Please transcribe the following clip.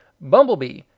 Bumblebee